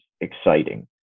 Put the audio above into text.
exciting